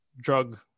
drug